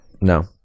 No